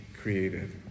created